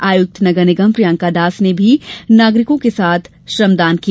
आयुक्त नगर निगम प्रियंका दास ने भी नागरिकों के साथ श्रमदान किया